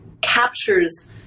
captures